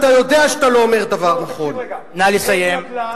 אתה מוכן רגע להקשיב?